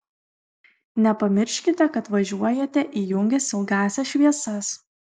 nepamirškite kad važiuojate įjungęs ilgąsias šviesas